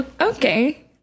okay